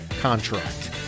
contract